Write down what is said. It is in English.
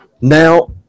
now